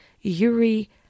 Yuri